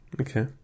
Okay